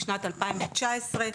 בשנת 2019,